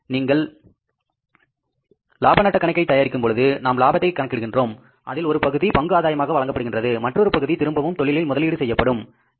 நீங்கள் லாப நட்ட கணக்கை தயாரிக்கும் பொழுது நாம் லாபத்தை கணக்கிடுகிறோம் அதில் ஒரு பகுதி பங்கு ஆதாயமாக வழங்கப்படுகின்றது மற்றொரு பகுதி திரும்பவும் தொழிலில் முதலீடு செய்யப்படுகின்றது